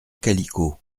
calicot